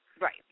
right